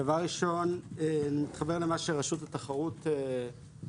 דבר ראשון אני מתחבר למה שרשות התחרות אמרו,